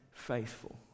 faithful